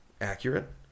accurate